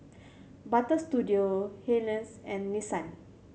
Butter Studio and Nissan